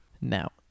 Now